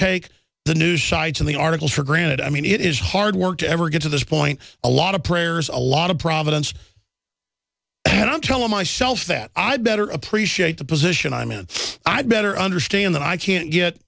take the news sites and the articles for granted i mean it is hard work to ever get to this point a lot of prayers a lot of providence and i'm telling myself that i better appreciate the position i'm in i better understand that i can't get